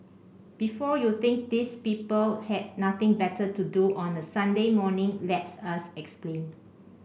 before you think these people had nothing better to do on a Sunday morning let us explain